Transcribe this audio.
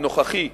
הנוכחי,